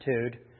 attitude